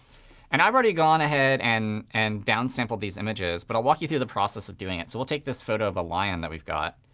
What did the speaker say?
and i've already gone ahead and and downsampled these images, but i'll walk you through the process of doing it. so we'll take this photo of a lion that we've got.